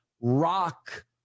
Rock